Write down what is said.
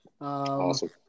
Awesome